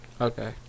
Okay